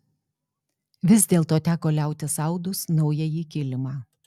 vis dėlto teko liautis audus naująjį kilimą